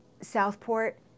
Southport